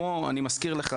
אני מזכיר לך,